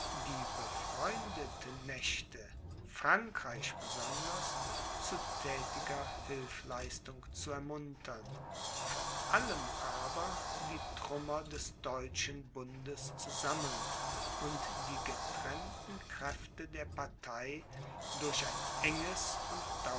die befreundeten mächte frankreich besonders zu thätiger hilfleistung zu ermuntern vor allem aber die trümmer des deutschen bundes zu sammeln und die getrennten kräfte der partei durch ein enges und